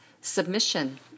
submission